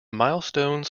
milestones